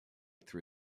through